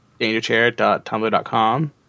dangerchair.tumblr.com